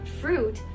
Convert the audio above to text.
fruit